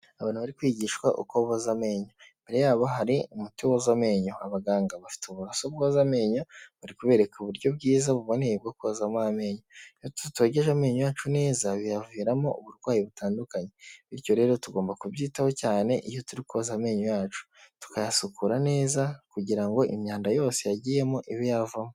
Abantu bari kwigishwa uko boza amenyo, imbere yabo hari umuti woza amenyo abaganga bafite uburoso bwoza amenyo bari kubereka uburyo bwiza buboneye bwo kozamo amenyo, iyo tutogeje amenyo yacu neza biyaviramo uburwayi butandukanye bityo rero tugomba kubyitaho cyane iyo turi koza amenyo yacu tukayasukura neza kugira ngo imyanda yose yagiyemo ibe yavamo.